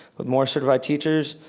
with more certified teachers,